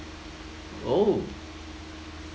oh